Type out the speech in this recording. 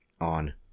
on